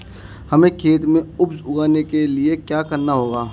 हमें खेत में उपज उगाने के लिये क्या करना होगा?